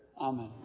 Amen